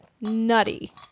nutty